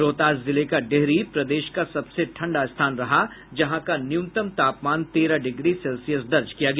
रोहतास जिले का डेहरी प्रदेश का सबसे ठंडा स्थान रहा जहां का न्यूनतम तापमान तेरह डिग्री सेल्सियस दर्ज किया गया